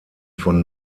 von